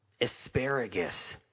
Asparagus